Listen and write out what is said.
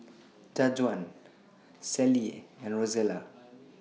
Jajuan Sallie and Rozella